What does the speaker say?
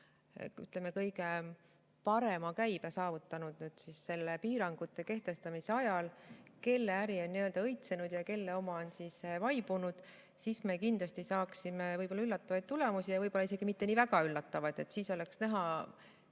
kes on kõige parema käibe saavutanud nende piirangute kehtestamise ajal, kelle äri on nii-öelda õitsenud ja kelle oma on vaibunud, siis me kindlasti saaksime üllatavaid tulemusi ja võib-olla isegi mitte nii väga üllatavaid. Siis oleks näha,